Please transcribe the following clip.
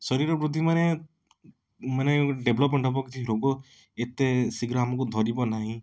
ଶରୀର ବୃଦ୍ଧି ମାନେ ମାନେ ଡେଭଲପମେଣ୍ଟ ହବ କିଛି ରୋଗ ଏତେ ଶୀଘ୍ର ଆମକୁ ଧରିବ ନାହିଁ